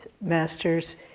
Masters